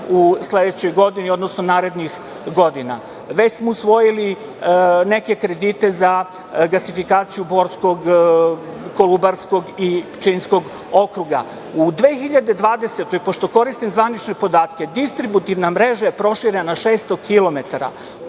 u sledećoj godini, odnosno narednih godina. Već smo usvojili neke kredite za gasifikaciju Borskog, Kolubarskog i Pčinjskog okruga. U 2020. godini, pošto koristim zvanične podatke, distributivna mreža je proširena 600